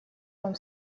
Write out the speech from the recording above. вам